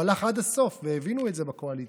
הוא הלך עד הסוף, והבינו את זה בקואליציה.